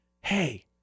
hey